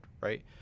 right